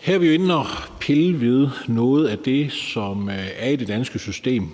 Her er vi jo inde at pille ved noget af det, som er generelt i det danske system,